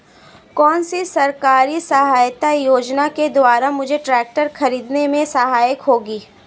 कौनसी सरकारी सहायता योजना के द्वारा मुझे ट्रैक्टर खरीदने में सहायक होगी?